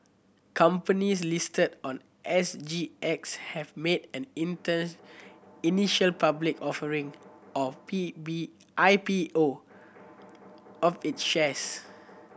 companies listed on S G X have made an interns initial public offering or P B I P O of its shares